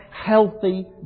healthy